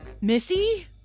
Missy